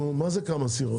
נו, מה זה "כמה סירות"?